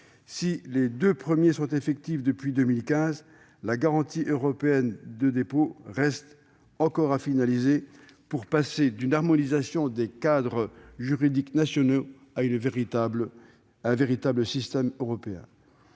Si les deux premiers sont effectifs depuis 2015, la garantie européenne des dépôts reste à finaliser pour passer d'une harmonisation des cadres juridiques nationaux à un véritable système européen.